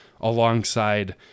alongside